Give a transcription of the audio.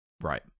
Right